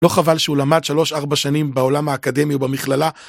לא חבל שהוא למד 3-4 שנים בעולם האקדמי ובמכללה.